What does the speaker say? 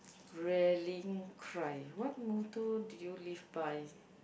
rallying cry what motto do you live by